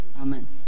amen